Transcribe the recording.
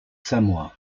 samoa